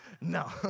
no